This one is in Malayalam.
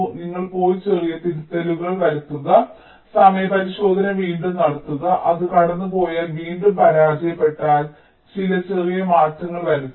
നിങ്ങൾ പോയി ചെറിയ തിരുത്തലുകൾ വരുത്തുക സമയപരിശോധന വീണ്ടും നടത്തുക അത് കടന്നുപോയാൽ വീണ്ടും പരാജയപ്പെട്ടാൽ ചില ചെറിയ മാറ്റങ്ങൾ വരുത്തുക